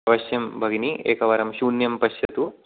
अवश्यं भगिनी एकवारं शून्यं पश्यतु